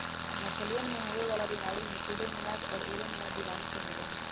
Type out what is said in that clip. मछलियन में होवे वाला बीमारी में सूडोमोनाज और एयरोमोनास जीवाणुओं से होबा हई